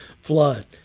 flood